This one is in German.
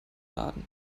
laden